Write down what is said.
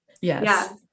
Yes